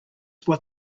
what